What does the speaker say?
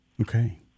Okay